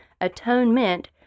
Atonement